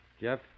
Jeff